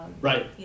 Right